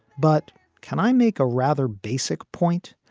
but can i make a rather basic point?